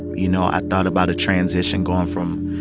you know, i thought about a transition going from